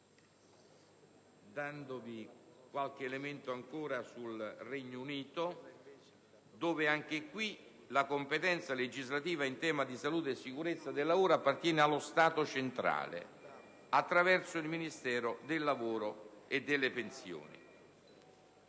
dandovi qualche elemento ancora sul Regno Unito. Anche in questo Paese, la competenza legislativa in tema di salute e sicurezza del lavoro appartiene allo Stato centrale, attraverso il Ministero del lavoro e delle pensioni.